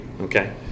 Okay